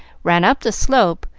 ran up the slope,